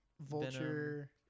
Vulture